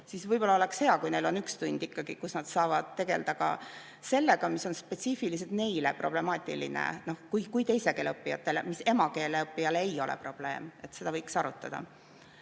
siis võib-olla oleks hea, kui neil on üks tund, kus nad saavad tegeleda sellega, mis on spetsiifiliselt neile problemaatiline kui teise keele õppijatele, mis emakeele õppijale ei ole probleem. Seda võiks arutada. Ja